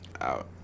out